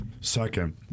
Second